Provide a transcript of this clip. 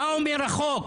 מה אומר החוק?